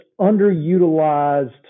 underutilized